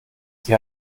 sie